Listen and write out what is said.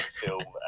film